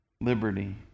liberty